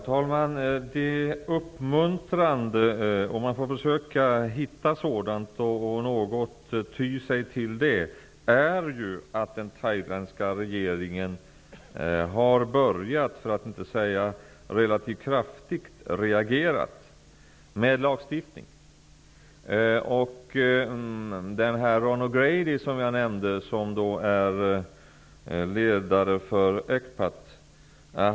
Herr talman! Man får försöka hitta sådant som är uppmuntrande och något ty sig till det. Det uppmuntrande är att den thailändska regeringen har börjat reagera, för att inte säga har reagerat relativt kraftigt med lagstiftning. Jag nämnde Ron O'Grady, som är ledare för ECPAT.